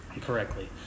correctly